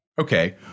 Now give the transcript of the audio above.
Okay